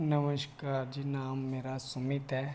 नमस्कार जी नाम मेरा सुमित ऐ